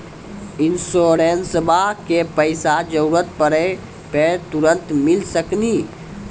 इंश्योरेंसबा के पैसा जरूरत पड़े पे तुरंत मिल सकनी?